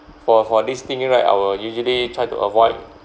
for for this thing right I will usually try to avoid